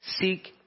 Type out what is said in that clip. Seek